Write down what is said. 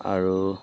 আৰু